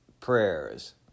prayers